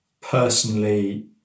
personally